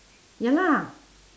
ya lah